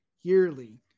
yearly